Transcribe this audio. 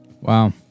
Wow